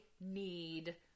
need